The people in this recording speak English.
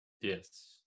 Yes